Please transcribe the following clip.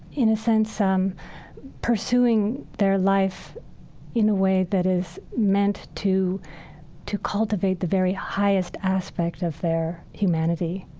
in a sense, um pursuing their life in a way that is meant to to cultivate the very highest aspects of their humanity.